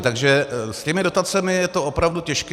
Takže s těmi dotacemi je to opravdu těžké.